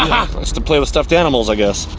to play with stuffed animals, i guess.